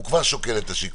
הוא כבר שוקל את השיקולים.